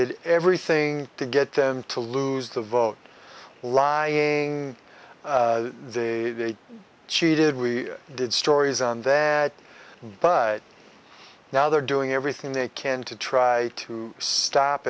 did everything to get them to lose the vote lying they cheated we did stories on that but now they're doing everything they can to try to stop